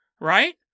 Right